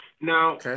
now